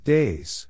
Days